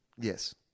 Yes